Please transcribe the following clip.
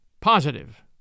Positive